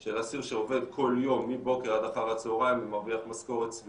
של אסיר שעובד כל יום מבוקר עד אחר הצהריים ומרוויח משכורת